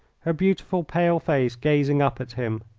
her beautiful pale face gazing up at him.